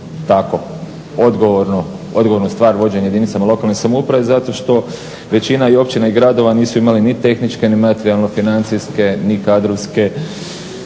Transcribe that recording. tako odgovornu stvar vođenje jedinicama lokalne samouprave zato što većina i općina i gradova nisu imale ni tehničke ni materijalno-financijske ni kadrovske